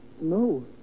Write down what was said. No